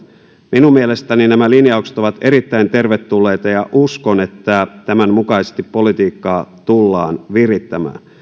minun mielestäni nämä linjaukset ovat erittäin tervetulleita ja uskon että tämän mukaisesti politiikkaa tullaan virittämään